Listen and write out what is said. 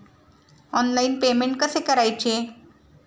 Online payment कसे करायचे?